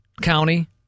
County